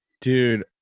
Dude